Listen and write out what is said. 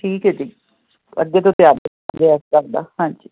ਠੀਕ ਹੈ ਜੀ ਕਰਦਾ ਹਾਂਜੀ